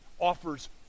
offers